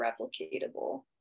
replicatable